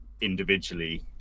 Individually